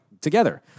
together